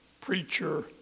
preacher